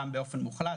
גם באופן מוחלט.